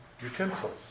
utensils